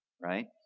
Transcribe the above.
right